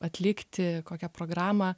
atlikti kokią programą